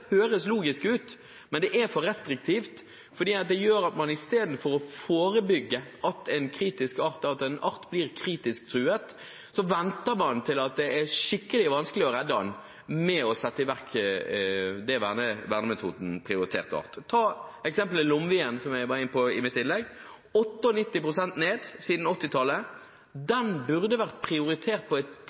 høres logisk ut, men det er for restriktivt, fordi det gjør at man istedenfor å forebygge at en art blir kritisk truet, venter til det er skikkelig vanskelig å redde den, venter med å sette i verk vernemetoden prioritert art. Ta eksempelet lomvien, som jeg var inne på i mitt innlegg, som er gått ned med 98 pst. ned siden 1980-tallet. Den burde ha vært prioritert på et